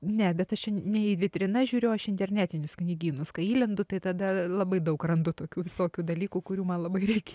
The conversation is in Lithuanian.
ne bet aš ne į vitrinas žiūriu aš internetinius knygynus kai įlendu tai tada labai daug randu tokių visokių dalykų kurių man labai reikia